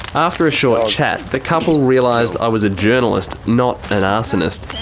after a short chat the couple realised i was a journalist, not an arsonist.